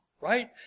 right